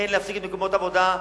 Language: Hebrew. כן להפסיק את מקומות העבודה,